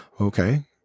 okay